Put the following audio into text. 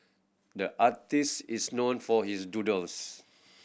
the artist is known for his doodles